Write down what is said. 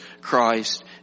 Christ